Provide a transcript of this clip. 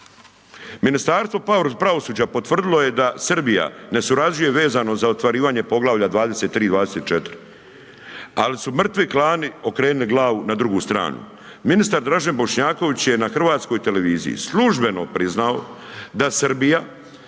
Ministarstvo pravosuđa, potvrdila je da Srbija ne surađuje vezano za ostvarenje poglavalja 23., 24. ali su mrtvi klani okrenuli glavu na drugu stranu. Ministar Dražen Bošnjaković je na Hrvatskoj televiziji, službeno priznao da Srbija